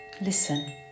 Listen